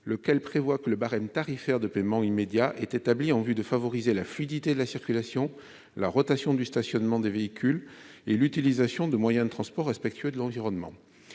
lequel prévoit que le barème tarifaire de paiement immédiat est établi en vue de favoriser la fluidité de la circulation, la rotation du stationnement des véhicules et l'utilisation de moyens de transport respectueux de l'environnement.